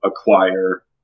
acquire